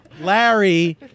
Larry